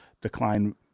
decline